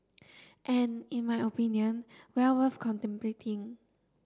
and in my opinion well worth contemplating